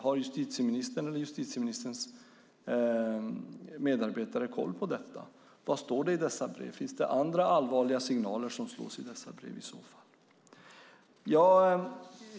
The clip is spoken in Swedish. Har justitieministern eller justitieministerns medarbetare koll på detta? Vad står det i så fall i dessa brev? Finns det andra allvarliga signaler i dem?